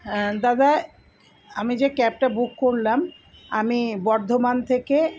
হ্যাঁ দাদা আমি যে ক্যাবটা বুক করলাম আমি বর্ধমান থেকে